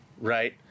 Right